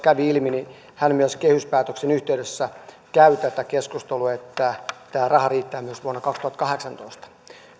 kävi ilmi hän myös kehyspäätöksen yhteydessä käy tätä keskustelua että tämä raha riittää myös vuonna kaksituhattakahdeksantoista